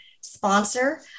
sponsor